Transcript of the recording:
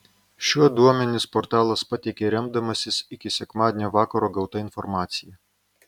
šiuo duomenis portalas pateikė remdamasis iki sekmadienio vakaro gauta informacija